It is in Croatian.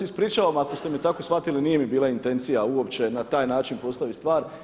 Ja se ispričavam ako ste me tako shvatili, nije mi bila intencija uopće na taj način postaviti stvar.